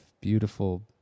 beautiful